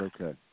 okay